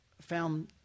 found